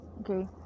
Okay